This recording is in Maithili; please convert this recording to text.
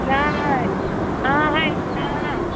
नहि अहाँ आएब